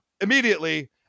immediately